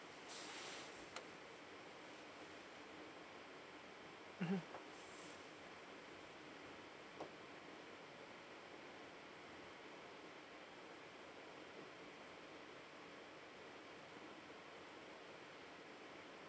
mmhmm